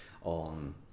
on